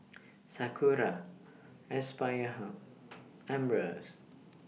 Sakura Aspire Hub Ambros